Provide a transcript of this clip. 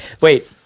wait